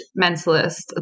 mentalist